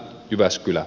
jyväskylä